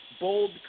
bold